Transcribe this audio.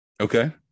Okay